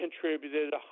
contributed